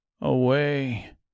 away